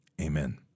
amen